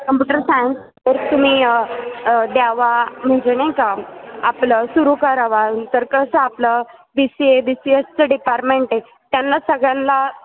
computer सायन्सवर तुम्ही द्यावा म्हणजे नाही का आपलं सुरू करावा तर कसं आपलं B C A B C एसचं डिपारमेंट आहे त्यांना सगळ्यांना